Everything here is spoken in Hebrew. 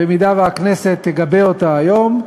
במידה שהכנסת תגבה אותה היום,